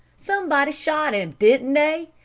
somebody shot him, didn't they?